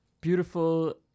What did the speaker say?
beautiful